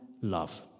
love